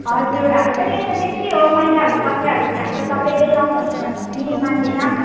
हजुर हाम्रो पनि यता त्यस्तै हो मैलाहरू कचराहरू फ्याँक्छ सप्पैले नफ्याँक्नु भन्दा पनि मान्दैन